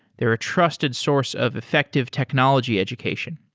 they're a trusted source of effective technology education.